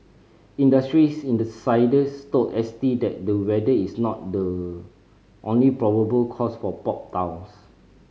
industry insiders told S T that the weather is not the only probable cause for popped tiles